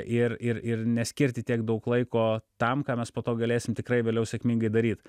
ir ir ir neskirti tiek daug laiko tam ką mes po to galėsim tikrai vėliau sėkmingai daryt